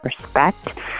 respect